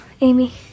Amy